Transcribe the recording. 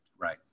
Right